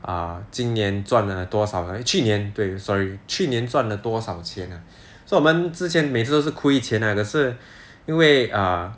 err 今年赚了多少 eh 去年对 sorry 去年赚了多少钱 ah so 我们之前每次都是亏钱来的可是因为 err